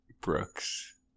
Brooks